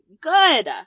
Good